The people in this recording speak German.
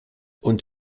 und